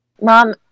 Mom